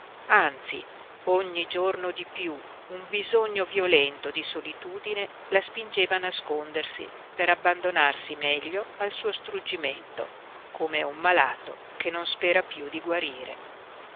anzi ogni giorno di piú un bisogno violento di solitudine la spingeva a nascondersi per abbandonarsi meglio al suo struggimento come un malato che non spera piú di guarire